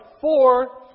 four